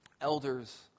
Elders